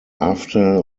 after